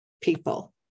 people